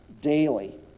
daily